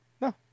No